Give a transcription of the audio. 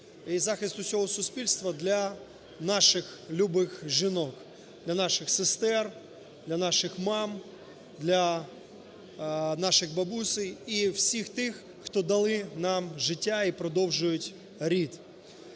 і захист усього суспільства для наших любих жінок, для наших сестер, для наших мам, для наших бабусь і всіх тих, хто дали нам життя і продовжують рід.